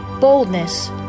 boldness